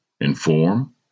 inform